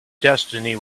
destiny